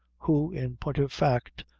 who, in point of fact,